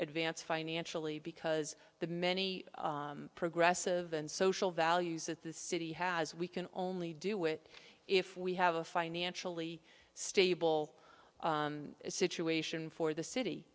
advance financially because the many progressive and social values that the city has we can only do it if we have a financially stable situation for the city